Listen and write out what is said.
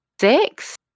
Six